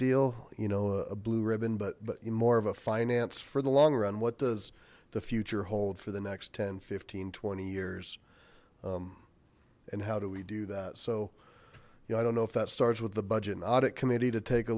deal you know a blue ribbon but but more of a finance for the long run what does the future hold for the next ten fifteen twenty years and how do we do that so you know i don't know if that starts with the budget and audit committee to take a